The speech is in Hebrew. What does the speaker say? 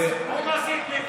הבאנו מיליארד ורבע שקלים,